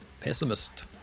Pessimist